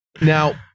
Now